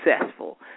successful